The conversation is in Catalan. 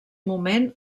moment